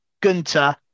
Gunter